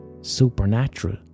supernatural